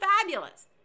fabulous